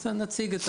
קצת נציג את